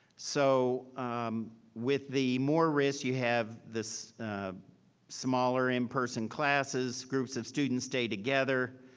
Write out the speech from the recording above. so with the more risks you have this smaller in-person classes, groups of students stay together,